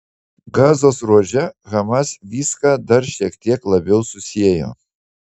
gazos ruože hamas viską dar šiek tiek labiau susiejo